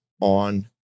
on